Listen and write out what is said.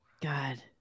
God